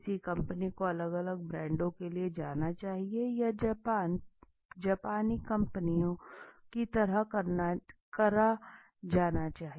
किसी कंपनी को अलग अलग ब्रांडों के लिए जाना चाहिए या जापानी कंपनियों की तरह करा जाना चाहिए